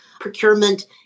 procurement